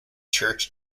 church